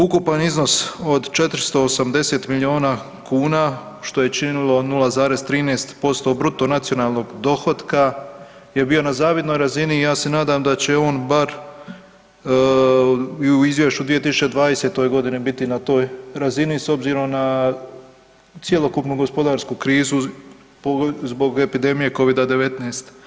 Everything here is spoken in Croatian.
Ukupan iznos od 480 miliona kuna što je činili 0,13% bruto nacionalnog dohotka je bio na zavidnoj razini i ja se nadam da će on bar i u izvješću 2020. godini biti na toj razini s obzirom na cjelokupnu gospodarsku krizu zbog epidemije Covida-19.